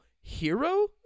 hero